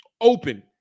open